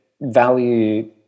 value